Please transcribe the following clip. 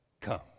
Come